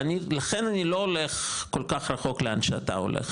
ולכן אני לא הולך כל כך רחוק לאן שאתה הולך,